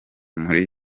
muri